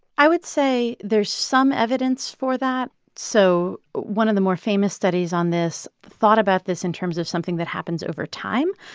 i would say there's some evidence for that. so one of the more famous studies on this thought about this in terms of something that happens over time.